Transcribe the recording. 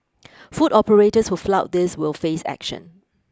food operators who flout this will face action